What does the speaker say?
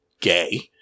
gay